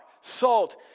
salt